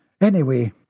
Anyway